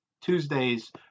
Tuesday's